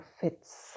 fits